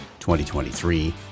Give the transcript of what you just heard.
2023